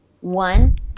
one